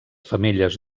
femelles